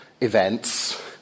events